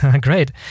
Great